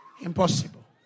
impossible